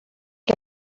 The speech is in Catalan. que